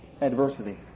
adversity